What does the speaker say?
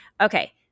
Okay